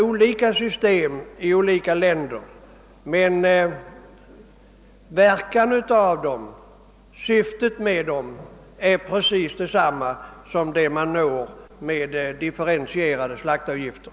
Olika system tillämpas i olika länder, men verkan av dem och syftet med dem är precis desamma som man hos oss skulle få med differentierade slaktavgifter.